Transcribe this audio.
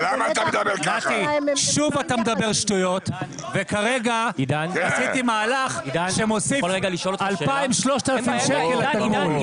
שוב אתה מדבר שטויות וכרגע עשיתי מהלך שמוסיף 3,000-2,000 שקל לתגמול.